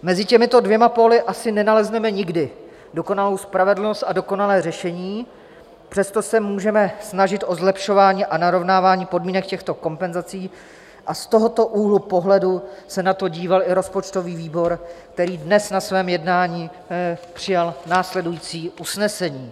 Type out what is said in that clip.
Mezi těmito dvěma póly asi nenalezneme nikdy dokonalou spravedlnost a dokonalé řešení, přesto se můžeme snažit o zlepšování a narovnávání podmínek těchto kompenzací, a z tohoto úhlu pohledu se na to díval i rozpočtový výbor, který dnes na svém jednání přijal následující usnesení: